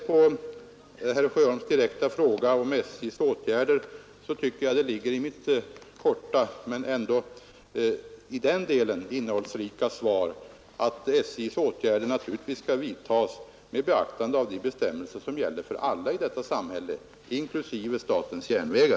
På herr Sjöholms direkta fråga vill jag säga — det tycker jag ligger i mitt korta men på den punkten ändå innehållsrika svar — att SJ:s åtgärder naturligtvis skall vidtas med beaktande av de bestämmelser som gäller för alla i detta samhälle inklusive statens järnvägar.